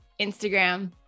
Instagram